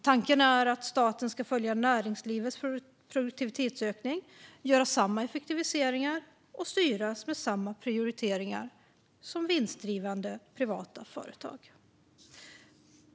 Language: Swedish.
Tanken är att staten ska följa näringslivets produktivitetsökning, göra samma effektiviseringar och styras med samma prioriteringar som vinstdrivande, privata företag.